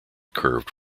curved